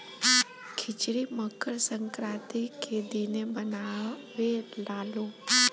खिचड़ी मकर संक्रान्ति के दिने बनावे लालो